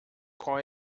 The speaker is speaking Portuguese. qual